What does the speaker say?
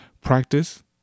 practice